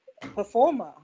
performer